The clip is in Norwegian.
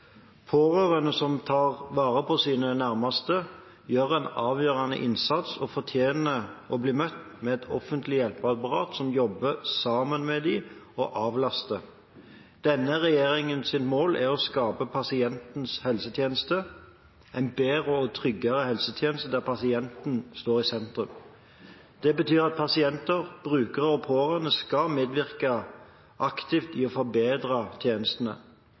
Pårørende som tar vare på sine nærmeste, gjør en avgjørende innsats og fortjener å bli møtt med et offentlig hjelpeapparat som jobber sammen med dem og avlaster. Denne regjeringens mål er å skape pasientens helsetjeneste, en bedre og tryggere helsetjeneste der pasienten står i sentrum. Det betyr at pasienter, brukere og pårørende skal medvirke aktivt i å forbedre tjenestene,